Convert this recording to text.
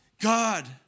God